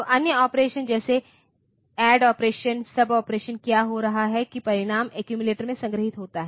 तो अन्य ऑपरेशन जैसे ऐड ऑपरेशन सब ऑपरेशन क्या हो रहा है कि परिणाम एक्यूमिलेटर में संग्रहीत होता है